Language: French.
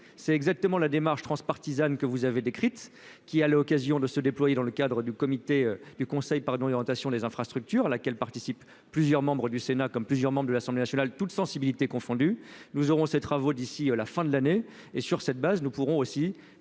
c'est exactement la démarche transpartisane que vous avez décrite, qui, à l'occasion de se déployer dans le cadre du comité du Conseil par une orientation des infrastructures à laquelle participent plusieurs membres du Sénat, comme plusieurs membres de l'Assemblée nationale, toutes sensibilités confondues, nous aurons ces travaux d'ici la fin de l'année et sur cette base, nous pourrons aussi